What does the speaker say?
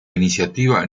iniciativa